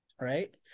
Right